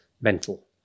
mental